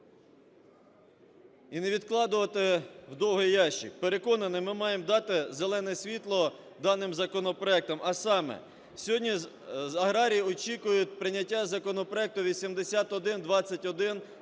І не відкладати в довгий ящик. Переконаний, ми маємо дати зелене світло даним законопроектам. А саме, сьогодні аграрії очікують прийняття законопроекту 8121